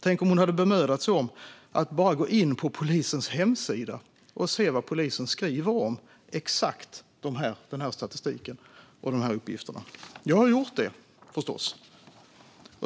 Tänk om hon hade bemödat sig om att bara gå in på polisens hemsida och se vad polisen skriver om exakt den här statistiken och de här uppgifterna. Jag har gjort det, förstås.